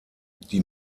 die